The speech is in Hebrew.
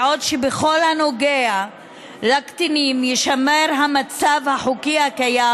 בעוד בכל הנוגע לקטינים יישמר המצב החוקי הקיים,